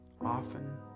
often